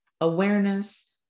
awareness